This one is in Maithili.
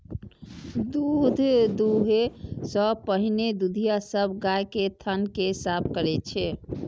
दूध दुहै सं पहिने दुधिया सब गाय के थन कें साफ करै छै